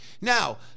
Now